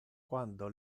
quando